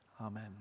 Amen